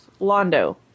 Londo